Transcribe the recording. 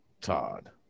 Todd